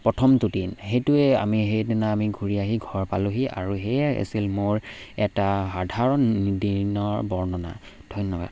প্ৰথমটো দিন সেইটোৱে আমি সেইদিনা আমি ঘূৰি আহি ঘৰ পালোহি আৰু সেয়াই আছিল মোৰ এটা সাধাৰণ দিনৰ বৰ্ণনা ধন্যবাদ